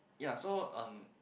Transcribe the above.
ya so um